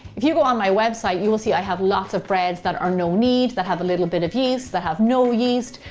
if you go on my website you'll see that i have lots of breads that are no-knead, that have a little bit of yeast that have no yeast.